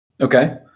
okay